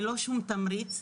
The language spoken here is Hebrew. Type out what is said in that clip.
ללא שום תמריץ,